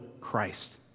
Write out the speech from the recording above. Christ